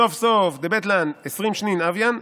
סוף סוף דבית לבן עשרין שנין הויין.